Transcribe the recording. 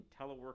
telework